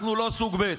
אנחנו לא סוג ב'.